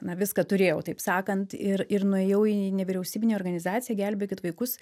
na viską turėjau taip sakant ir ir nuėjau į nevyriausybinę organizaciją gelbėkit vaikus